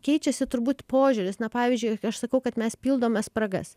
keičiasi turbūt požiūris na pavyzdžiui aš sakau kad mes pildome spragas